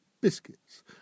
biscuits